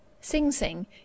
Sing-sing